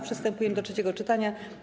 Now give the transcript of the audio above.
Przystępujemy do trzeciego czytania.